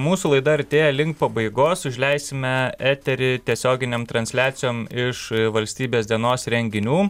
mūsų laida artėja link pabaigos užleisime eterį tiesioginėm transliacijom iš valstybės dienos renginių